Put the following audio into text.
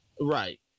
right